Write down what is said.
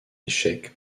échec